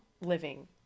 living